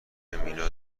مینا